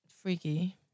freaky